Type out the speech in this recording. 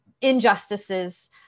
injustices